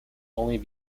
only